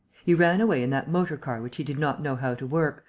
he ran away in that motor-car which he did not know how to work,